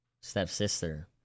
stepsister